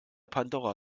pandora